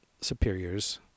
superiors